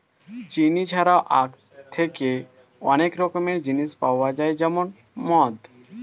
চিনি ছাড়াও আখ থেকে অনেক রকমের জিনিস পাওয়া যায় যেমন মদ